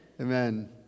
Amen